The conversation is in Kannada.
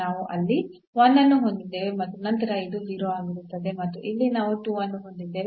ನಾವು ಅಲ್ಲಿ 1 ಅನ್ನು ಹೊಂದಿದ್ದೇವೆ ಮತ್ತು ನಂತರ ಇದು 0 ಆಗಿರುತ್ತದೆ ಮತ್ತು ಇಲ್ಲಿ ನಾವು 2 ಅನ್ನು ಹೊಂದಿದ್ದೇವೆ